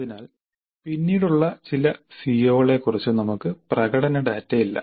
അതിനാൽ പിന്നീടുള്ള ചില സിഒകളെക്കുറിച്ച് നമുക്ക് പ്രകടന ഡാറ്റയില്ല